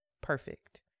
perfect